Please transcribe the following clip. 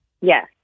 Yes